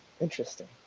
interesting